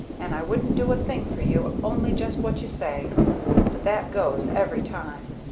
and i wouldn't do a thing for you only just what you say but that goes, every time.